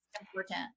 important